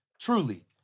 Truly